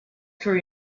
could